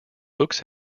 books